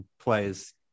plays